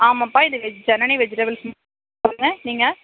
ஆமாப்பா இது veg Janani vegetable shop தாங்க நீங்கள்